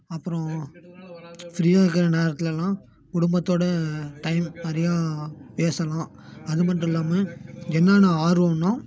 அப்புறோம் ஃப்ரீயாக இருக்கிற நேரத்துலல்லாம் குடும்பத்தோட டைம் நிறைய பேசலாம் அது மட்டும் இல்லாமல் என்னன்னா ஆர்வம்னா